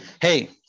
Hey